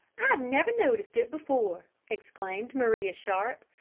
never noticed it before! exclaimed maria sharp,